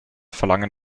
verlangen